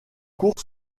cours